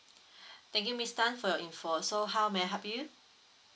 thank you miss tan for your info so how may I help you